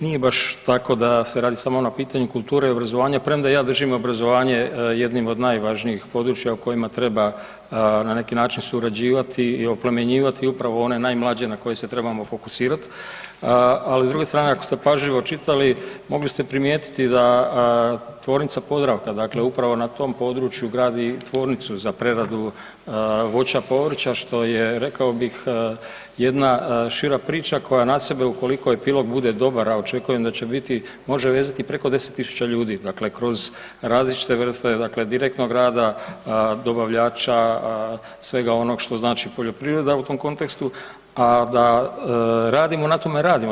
Nije baš tako da se radi samo na pitanju kulture i obrazovanja, premda ja držim obrazovanje jednom od najvažnijih područja u kojima treba na neki način surađivati i oplemenjivati uprave one najmlađe na koje se trebamo fokusirat, ali s druge strane ako ste pažljivo čitali, mogli ste primijetiti da tvornica Podravka, dakle upravo na tom području gradi tvornicu za preradu voća, povrća, što je rekao bih, jedna šira priča koja na sebe ukoliko epilog bude dobar, a očekujem da će biti, može vezati preko 10 000 ljudi, dakle kroz različite vrste, dakle direktnog rada, dobavljača, svega ono što znači, poljoprivreda, u tom kontekstu a da radimo na tome, radimo.